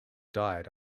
died